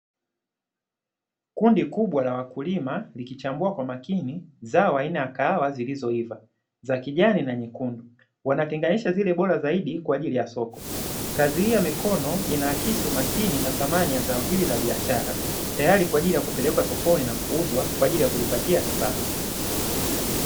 Kundi kubwa la wakulima likichambua kwa makini zao aina ya kahawa zilizoiva, za kijani na nyekundu, wanatenganisha zile bora zaidi kwa ajili ya soko. Kazi hii ya mikono inaakisi umakini wa thamani wa zao hili la biashara, tayari kwa ajili ya kupelekwa sokoni na kuuzwa kwa ajili ya kujipatia kipato.